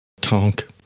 Tonk